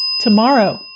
Tomorrow